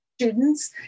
students